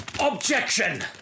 OBJECTION